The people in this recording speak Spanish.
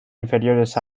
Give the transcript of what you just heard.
inferiores